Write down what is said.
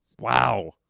Wow